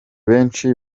benshi